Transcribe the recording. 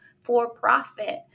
for-profit